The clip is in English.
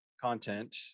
content